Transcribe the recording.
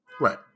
Right